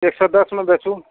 एक सए दश मे बेचू